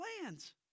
plans